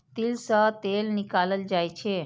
तिल सं तेल निकालल जाइ छै